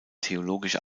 theologische